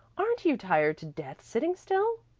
aren't you tired to death sitting still?